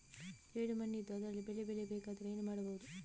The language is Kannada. ಜೇಡು ಮಣ್ಣಿದ್ದು ಅದರಲ್ಲಿ ಬೆಳೆ ಬೆಳೆಯಬೇಕಾದರೆ ಏನು ಮಾಡ್ಬಹುದು?